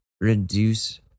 reduce